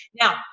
Now